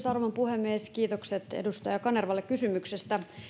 arvon puhemies kiitokset edustaja kanervalle kysymyksestä